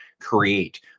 create